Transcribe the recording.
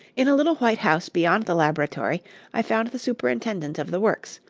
in a little white house beyond the laboratory i found the superintendent of the works,